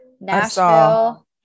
Nashville